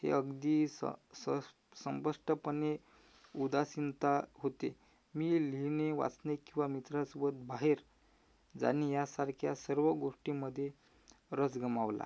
हे अगदी स सश संपष्टपणे उदासीनता होते मी लिहिणे वाचणे किवा मित्रांसोबत बाहेर जाणे यासारख्या सर्व गोष्टीमध्ये रस गमवला